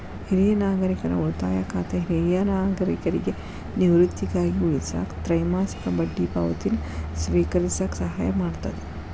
ಹಿರಿಯ ನಾಗರಿಕರ ಉಳಿತಾಯ ಖಾತೆ ಹಿರಿಯ ನಾಗರಿಕರಿಗಿ ನಿವೃತ್ತಿಗಾಗಿ ಉಳಿಸಾಕ ತ್ರೈಮಾಸಿಕ ಬಡ್ಡಿ ಪಾವತಿನ ಸ್ವೇಕರಿಸಕ ಸಹಾಯ ಮಾಡ್ತದ